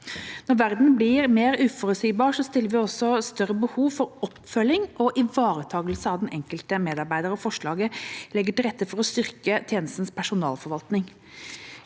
Når verden blir mer uforutsigbar, blir det også større behov for oppfølging og ivaretakelse av den enkelte medarbeider, og forslaget legger til rette for å styrke tjenestenes personalforvaltning.